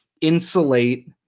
insulate